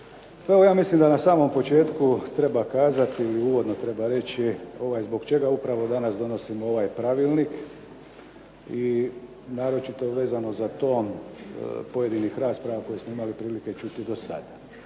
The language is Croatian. Evo ja mislim da na samom početku treba kazati i uvodno treba reći zbog čega upravo danas donosimo ovaj pravilnik i naročito vezano za to pojedinih rasprava koje smo imali prilike čuti dosad.